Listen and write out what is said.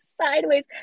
sideways